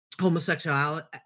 homosexuality